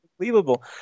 unbelievable